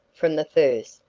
from the first,